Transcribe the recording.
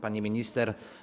Pani Minister!